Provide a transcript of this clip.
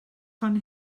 fan